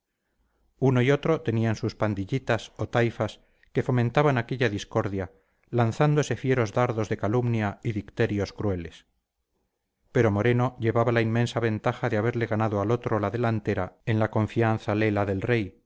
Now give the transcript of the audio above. uno y otro tenían sus pandillitas o taifas que fomentaban aquella discordia lanzándose fieros dardos de calumnia y dicterios crueles pero moreno llevaba la inmensa ventaja de haberle ganado al otro la delantera en la confianza lela del rey